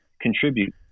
contribute